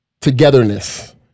Togetherness